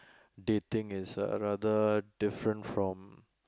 dating is uh rather different from